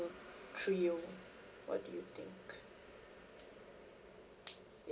trio what do you think